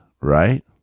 right